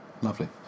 Lovely